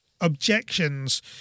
objections